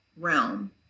realm